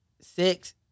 six